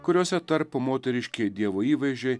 kuriose tarp moteriškieji dievo įvaizdžiai